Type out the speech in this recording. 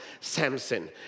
Samson